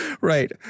Right